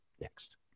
next